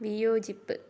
വിയോജിപ്പ്